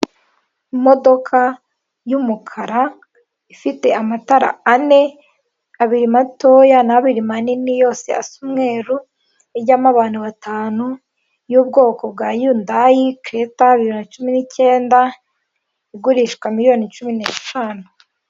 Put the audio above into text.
Imodoka y'umukara ifite amatara ane, abiri matoya n'abiri manini yose asa umweru, ijyamo abantu batanu y'ubwoko bwa yundayi kereta bi biri na cumi n'icyenda igurishwa miliyoni cumi ne eshanu.